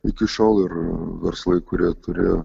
iki šiol ir verslai kurie turėjo